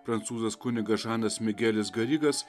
prancūzas kunigas žanas migelis garigas